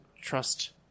trust